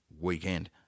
Weekend